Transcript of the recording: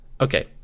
Okay